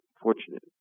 fortunate